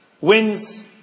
wins